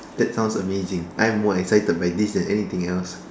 that sounds amazing I'm more excited by this than anything else